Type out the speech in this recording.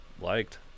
liked